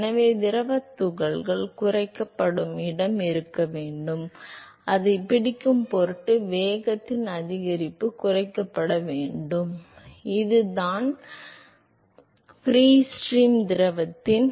எனவே திரவத் துகள்கள் குறைக்கப்படும் இடம் இருக்க வேண்டும் அதனால் பிடிக்கும் பொருட்டு வேகத்தின் அதிகரிப்பு குறைக்கப்பட வேண்டும் இதனால் அது ஃப்ரீ ஸ்ட்ரீம் திரவத்தின் அதே வேகத்தை அடையும்